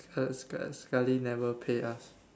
uh sekal~ sekali never pay us